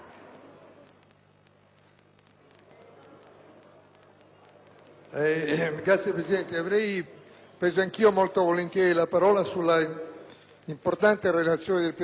Signora Presidente, avrei preso anch'io molto volentieri la parola sull'importante relazione del presidente Follini e sul dibattito che